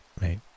mate